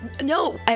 No